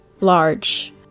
large